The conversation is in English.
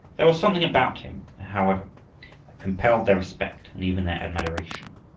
there was something about him, however, that compelled their respect and even their admiration.